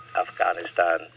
Afghanistan